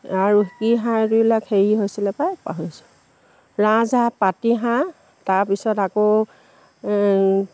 আৰু কি হাঁহ এইবিলাক হেৰি হৈছিলে পাই পাহৰিছোঁ ৰাজহাঁহ পাতিহাঁহ তাৰপিছত আকৌ